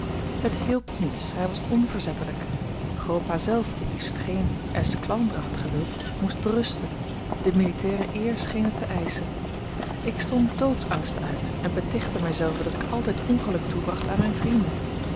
het hielp niets hij was onverzettelijk grootpa zelf die liefst geen esclandre had gewild moest berusten de militaire eer scheen het te eischen ik stond doodsangsten uit en betichtte mij zelve dat ik altijd ongeluk toebracht aan mijne vrienden